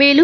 மேலும்